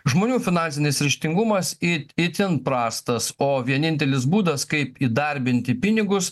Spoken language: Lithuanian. žmonių finansinis ryžtingumas it itin prastas o vienintelis būdas kaip įdarbinti pinigus